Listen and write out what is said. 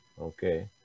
Okay